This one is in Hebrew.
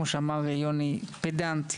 פדנט,